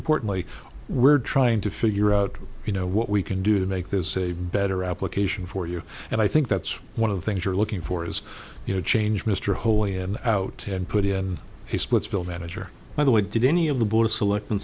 importantly we're trying to figure out you know what we can do to make this a better application for you and i think that's one of the things you're looking for is you know change mr wholly and out and put in his splitsville manager by the way did any of the board of select